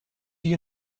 you